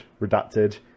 redacted